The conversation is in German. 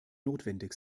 notwendig